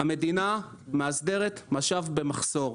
המדינה מהסדרת משאב במחסור.